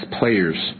players